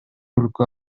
өлкө